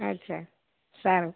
અચ્છા સારું